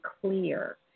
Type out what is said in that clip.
clear